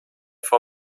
for